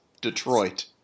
Detroit